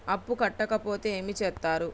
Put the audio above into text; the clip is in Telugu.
అప్పు కట్టకపోతే ఏమి చేత్తరు?